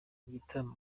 igitaramo